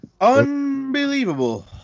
Unbelievable